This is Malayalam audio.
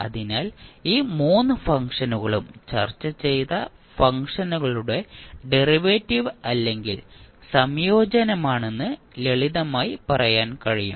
അതിനാൽ ഈ 3 ഫംഗ്ഷനുകളും ചർച്ച ചെയ്ത ഫംഗ്ഷനുകളുടെ ഡെറിവേറ്റീവ് അല്ലെങ്കിൽ സംയോജനമാണെന്ന് ലളിതമായി പറയാൻ കഴിയും